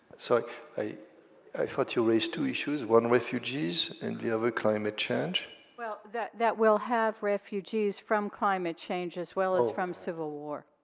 so like i i thought you raised two issues one refugees, and the other climate change. audience well, that that will have refugees from climate change as well as from civil war.